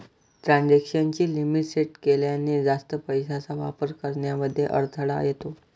transaction ची limit set केल्याने, जास्त पैशांचा वापर करण्यामध्ये अडथळा येतो